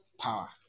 power